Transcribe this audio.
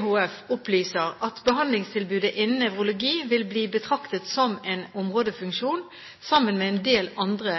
HF opplyser at behandlingstilbudet innen nevrologi vil bli betraktet som en områdefunksjon sammen med en del andre